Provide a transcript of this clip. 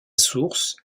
source